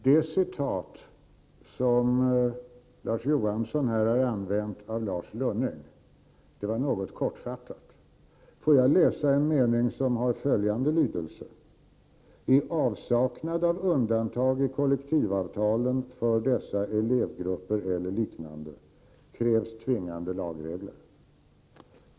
Herr talman! Det citat av Lars Lunning som Larz Johansson här har använt var något kortfattat. Jag skall läsa en mening som har följande lydelse: ”—-—-—-i avsaknad av undantag i kollektivavtalen för dessa elevgrupper eller liknande — krävs tvingande lagregler ——”.